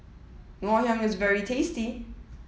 Ngoh Hiang is very tasty